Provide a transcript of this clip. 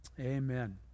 Amen